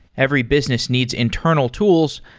every business needs internal tools,